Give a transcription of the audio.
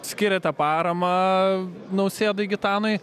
skyrėte paramą nausėdai gitanui